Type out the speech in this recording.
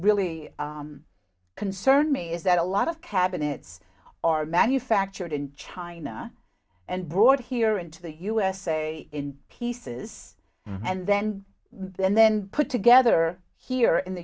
really concerned me is that a lot of cabinets are manufactured in china and brought here into the usa in pieces and then then then put together here in the